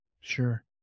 Sure